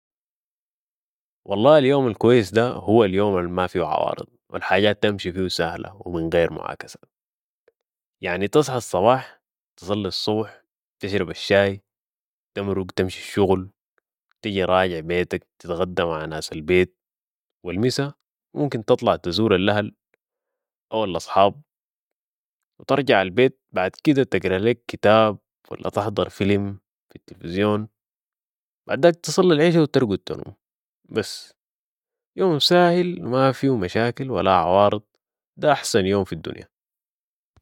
والله اليوم الكويس ده هو اليوم الما فيهو عوارض و الحاجات تمشي فيو ساهلة و من غير معاكسات، يعني تصحى الصباح تصلي الصبح تشرب الشاي و تمرق تمشي الشغل و تجي راجع بيتك تتغدى مع ناس البيت و المسا ممكن تطلع تزور الاهل او الاصحاب و ترجع البيت بعد كدة تقرا ليك كتاب ولا تحضر فلم في التلفزيون بعداك تصلي العشاء و ترقد تنوم بس. يوم ساهل مافيو مشاكل ولا عوارض ده احسن يوم في الدنيا